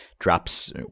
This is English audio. drops